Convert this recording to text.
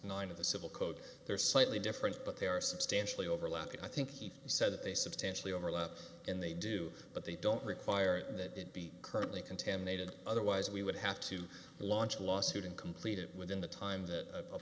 nine of the civil code they're slightly different but they are substantially overlapping i think he said that they substantially overlap and they do but they don't require that it be currently contaminated otherwise we would have to launch a lawsuit and complete it within the time that